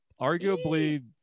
arguably